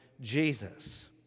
Jesus